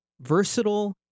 versatile